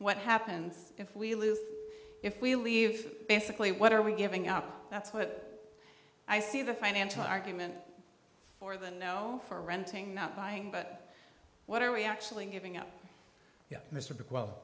what happens if we lose if we leave basically what are we giving up that's what i see the financial argument for the no for renting not buying but what are we actually giving